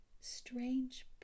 strange